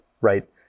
right